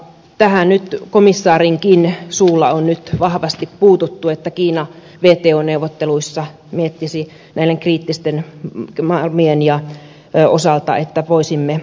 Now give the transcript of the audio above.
tähän komissaarinkin suulla on nyt vahvasti puututtu että kiina wto neuvotteluissa miettisi näiden kriittisten malmien osalta että voisimme purkaa tämän